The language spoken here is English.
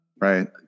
right